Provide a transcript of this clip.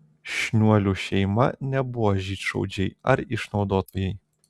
šniuolių šeima nebuvo žydšaudžiai ar išnaudotojai